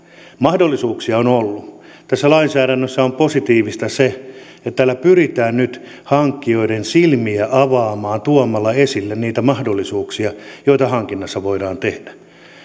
mahdollisuuksia on ollut tässä lainsäädännössä on positiivista se että tällä pyritään nyt hankkijoiden silmiä avaamaan tuomalla esille niitä mahdollisuuksia mitä hankinnassa voidaan tehdä